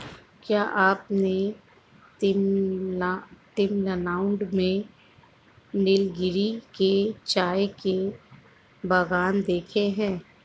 क्या आपने तमिलनाडु में नीलगिरी के चाय के बागान देखे हैं?